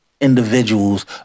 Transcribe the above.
individuals